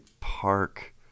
Park